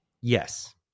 yes